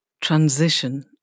transition